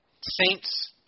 saints